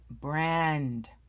brand